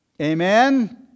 Amen